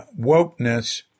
wokeness